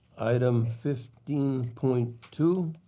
item fifteen point two,